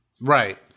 right